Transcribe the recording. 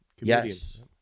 Yes